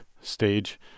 stage